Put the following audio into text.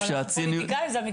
אנחנו פוליטיקאים, זה המקצוע שלנו.